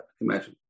Imagine